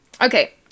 Okay